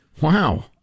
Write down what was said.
Wow